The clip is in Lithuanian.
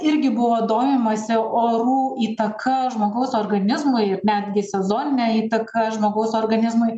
irgi buvo domimasi orų įtaka žmogaus organizmui ir netgi sezonine įtaka žmogaus organizmui